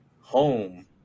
home